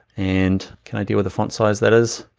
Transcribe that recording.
and can i deal with the font size that is?